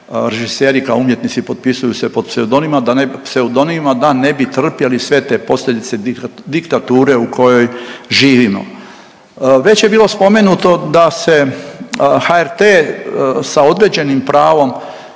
režiseri kao umjetnici potpisuju se pod pseudonimom, pseudonimima da ne bi trpjeli sve te posljedice diktature u kojoj živimo. Već je bilo spomenuto da se HRT sa određenim pravom